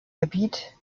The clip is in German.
gebiet